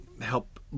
help